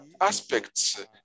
aspects